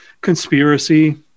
conspiracy